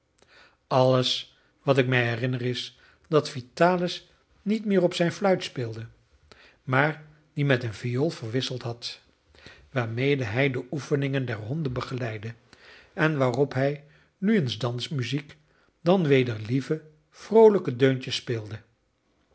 alles wat ik mij herinner is dat vitalis niet meer op zijn fluit speelde maar die met een viool verwisseld had waarmede hij de oefeningen der honden begeleidde en waarop hij nu eens dansmuziek dan weder lieve vroolijke deuntjes speelde